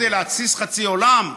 רק כדי להתסיס חצי עולם?